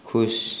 खुश